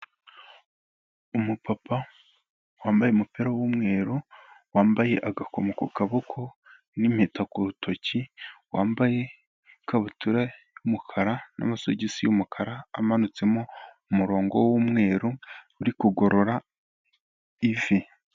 Umupapa wambaye umupira w'umweru, wambaye agakomo ku kaboko n'impeta ku rutoki, wambaye ikabutura y'umukara n'amasogisi y'umukara amanutsemo umurongo w'umweru, uri kugorora ivi.